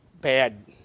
bad